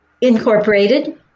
incorporated